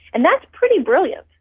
and that's pretty brilliant.